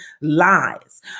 lies